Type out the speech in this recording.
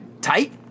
tight